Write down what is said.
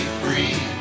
free